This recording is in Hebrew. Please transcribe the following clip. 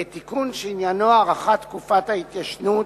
ותיקון שעניינו הארכת תקופת ההתיישנות